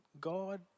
God